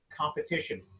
competition